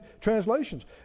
translations